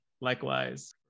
Likewise